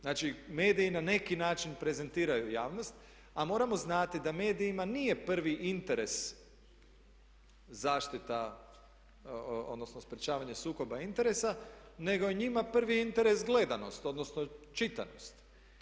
Znači, mediji na neki način prezentiraju javnost, a moramo znati da medijima nije prvi interes zaštita odnosno sprječavanje sukoba interesa, nego je njima prvi interes gledanost, odnosno čitanost.